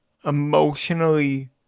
Emotionally